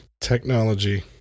Technology